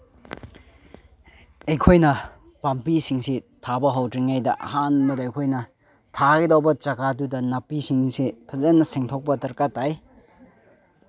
ꯑꯩꯈꯣꯏꯅ ꯄꯥꯝꯕꯤꯁꯤꯡꯁꯤ ꯊꯥꯕ ꯍꯧꯗ꯭ꯔꯤꯉꯩꯗ ꯑꯍꯥꯟꯕꯗ ꯑꯩꯈꯣꯏꯅ ꯊꯥꯒꯗꯧꯕ ꯖꯒꯥꯗꯨꯗ ꯅꯥꯄꯤꯁꯤꯡꯁꯦ ꯐꯖꯅ ꯁꯦꯡꯗꯣꯛꯄ ꯗꯔꯀꯥꯔ ꯇꯥꯏ